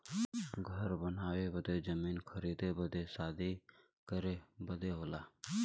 घर बनावे बदे जमीन खरीदे बदे शादी करे बदे होला